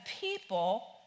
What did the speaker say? people